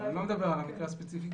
אני גם לא מדבר על המקרה הספציפי.